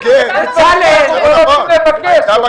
תודה, תודה.